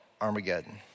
Armageddon